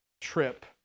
trip